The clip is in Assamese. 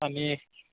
পানী